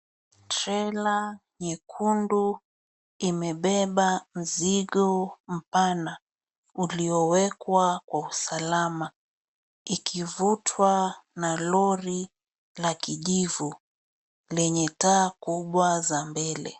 Trela nyekundu imebeba mizigo pana, uliowekwa kwa usalama ikivutwa na lori la kijivu lenye taa kubwa za mbele.